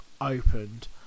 opened